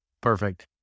Perfect